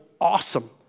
awesome